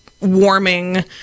warming